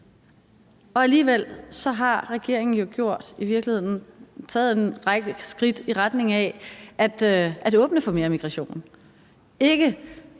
Alligevel har regeringen jo i virkeligheden taget en række skridt i retning af at åbne for mere migration – ikke